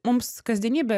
mums kasdienybė